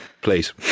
Please